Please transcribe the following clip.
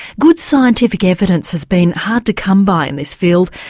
good scientific evidence has been hard to come by in this field,